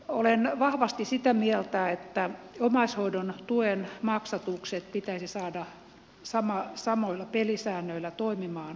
olen vahvasti sitä mieltä että omaishoidon tuen maksatukset pitäisi saada samoilla pelisäännöillä toimimaan koko maassa